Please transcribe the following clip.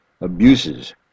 abuses